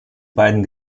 beiden